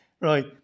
Right